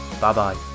Bye-bye